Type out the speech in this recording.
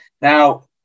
now